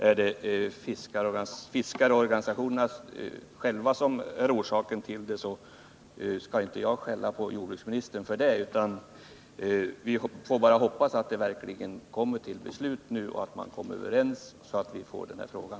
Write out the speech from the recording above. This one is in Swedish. Är det fiskarnas egen organisat:on som är orsaken till det, så skall jag inte skälla på jordbruksmi nistern för det. Vi får bara hoppas att man kommer överens, så att det verkligen kommer till beslut och frågan blir löst.